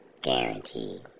guaranteed